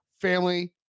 family